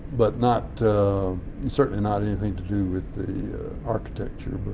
but not and certainly not anything to do with the architecture, but